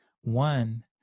one